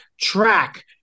track